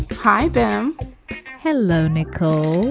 hi, ben hello, nicole.